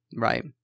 Right